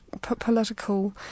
political